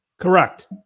Correct